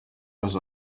was